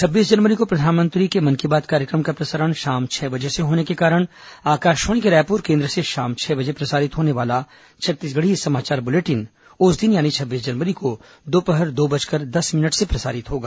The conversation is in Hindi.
छब्बीस जनवरी को प्रधानमंत्री के मन की बात कार्यक्रम का प्रसारण शाम छह बजे से होने के कारण आकाशवाणी के रायपुर केन्द्र से शाम छह बजे प्रसारित होने वाला छत्तीसगढ़ समाचार बुलेटिन उस दिन यानी छब्बीस जनवरी को दोपहर दो बजकर दस मिनट से प्रसारित होगा